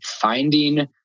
finding